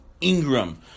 Ingram